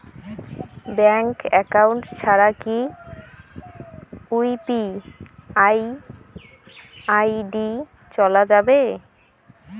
Bank account ছাড়া কি UPI ID চোলা যাবে?